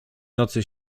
nocy